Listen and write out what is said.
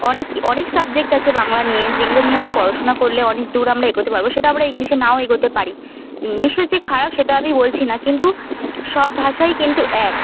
অনেক অনেক সাবজেক্ট আছে বাংলা নিয়ে যেগুলো নিয়ে আমরা পড়াশুনা করলে অনেক দূর আমরা এগোতে পারব সেটা আমরা ইংলিশে নাও এগোতে পারি ইংলিশে যে খারাপ সেটা আমি বলছি না কিন্তু সব ভাষাই কিন্তু এক